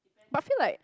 but feel like